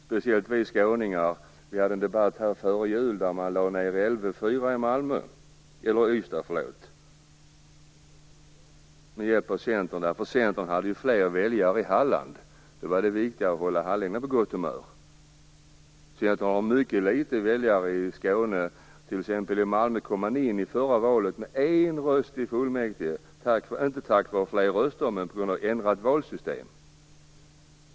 Speciellt vi skåningar förde en debatt före jul, när man beslutade om nedläggning av LV 4 i Ystad med hjälp av Centern. Centern hade ju fler väljare i Halland. Då var det viktigare att hålla hallänningarna på gott humör. Centern har mycket få väljare i Skåne. I t.ex. Malmö kom man in i fullmäktige med en röst inte tack vare fler röster utan på grund av ändrat valsystem.